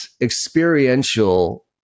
experiential